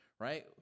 right